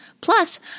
plus